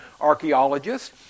archaeologists